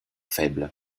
faible